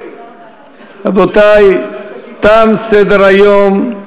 רבותי, תם סדר-היום.